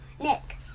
Nick